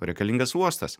reikalingas uostas